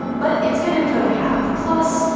but it's good info to have. plus,